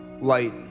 light